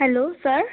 hello sir